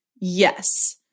Yes